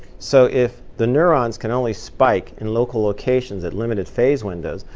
so if the neurons can only spike in local locations at limited phase windows,